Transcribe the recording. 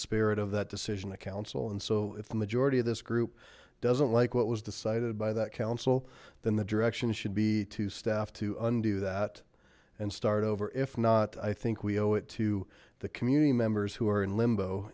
spirit of that decision of council and so if the majority of this group doesn't like what was decided by that council then the direction should be to staff to undo that and start over if not i think we owe it to the community members who are in limbo